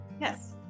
Yes